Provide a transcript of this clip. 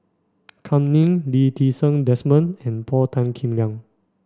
Kam Ning Lee Ti Seng Desmond and Paul Tan Kim Liang